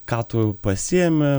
ką tu pasiemi